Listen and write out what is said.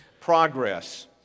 Progress